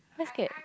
why scared